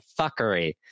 fuckery